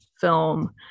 film